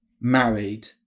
married